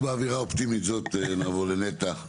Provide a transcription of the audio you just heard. ובעבירה אופטימית זו, נעבור לנטע.